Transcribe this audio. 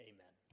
Amen